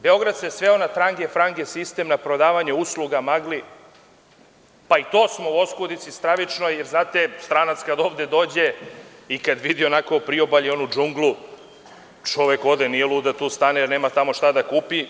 Beograd se sveo na trange-frange sistem, na prodavanje usluga, magli, pa i sa tim smo u oskudici stravičnoj, jer znate stranac ovde kada dođe i kad vidi onakvo priobalje, onu džunglu, čovek ode nije lud da tu stane, jer nema tamo šta da kupi.